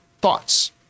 thoughts